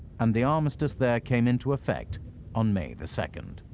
and the armistice there came into effect on may the second.